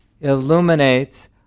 illuminates